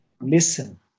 listen